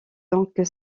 donc